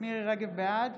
בעד